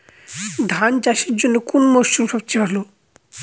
ধান চাষের জন্যে কোন মরশুম সবচেয়ে ভালো?